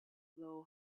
blow